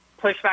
pushback